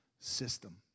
system